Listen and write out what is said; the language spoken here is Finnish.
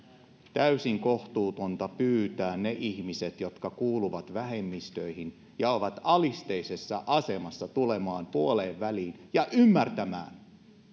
täysin kohtuutonta pyytää niitä ihmisiä jotka kuuluvat vähemmistöihin ja ovat alisteisessa asemassa tulemaan puoleenväliin ja ymmärtämään